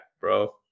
bro